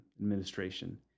Administration